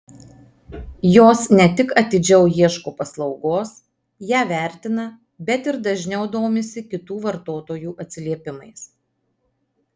jos ne tik atidžiau ieško paslaugos ją vertina bet ir dažniau domisi kitų vartotojų atsiliepimais